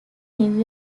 new